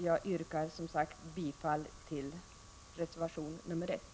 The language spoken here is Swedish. Jag yrkar bifall till reservation 1.